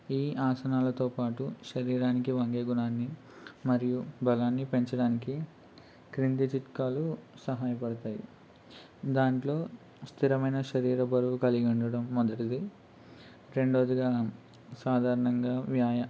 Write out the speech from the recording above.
ఈ ఆసనాలతో పాటు శరీరానికి వంగే గుణాన్ని మరియు బలాన్ని పెంచడానికి క్రింది చిట్కాలు సహాయపడతాయి దాంట్లో స్థిరమైన శరీర బరువు కలిగి ఉండడం మొదటిది రెండవదిగా సాధారణంగా వ్యాయా